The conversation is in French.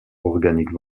organiques